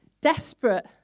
desperate